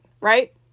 right